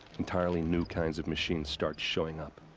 entirely new kinds of machines start showing up.